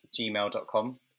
gmail.com